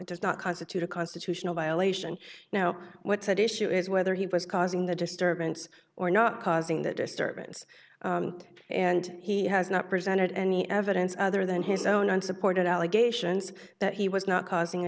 does not constitute a constitutional violation now what's at issue is whether he was causing the disturbance or not causing the disturbance and he has not presented any evidence other than his own unsupported allegations that he was not causing a